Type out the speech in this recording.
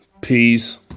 peace